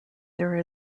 there